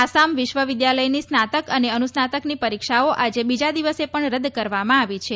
આસામ વિશ્વ વિદ્યાલયની સ્નાતક અને અનુસ્નાતકની પરીક્ષાઓ આજે બીજા દિવસે પણ રદ કરવામાં આવી છે